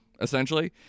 Essentially